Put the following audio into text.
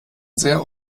sehr